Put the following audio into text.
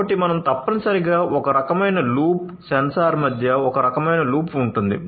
కాబట్టి మనకు తప్పనిసరిగా ఒక రకమైన లూప్ సెన్సార్ మధ్య ఒక రకమైన లూప్ ఉంటుంది